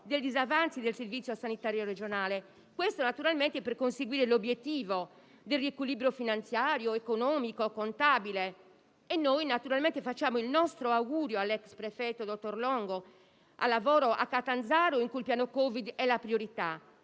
del Servizio sanitario regionale. Tutto questo naturalmente per conseguire l'obiettivo del riequilibrio finanziario, economico e contabile. Noi naturalmente facciamo il nostro augurio all'ex prefetto, dottor Longo, al lavoro a Catanzaro, in cui il piano Covid è la priorità.